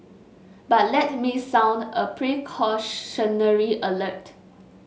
but let me sound a precautionary alert